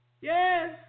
Yes